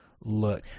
look